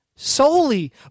Solely